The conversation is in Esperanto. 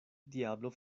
diablo